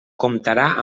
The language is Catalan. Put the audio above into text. comptarà